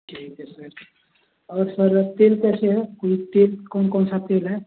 ठीक है सर और और सर तिल कैसे हैं तेल कौन कौन सा तेल है